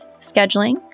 scheduling